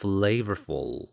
Flavorful